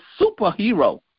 superhero